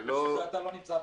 --- כן,